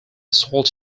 assault